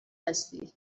هستی